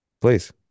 Please